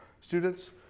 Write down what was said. Students